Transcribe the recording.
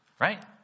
right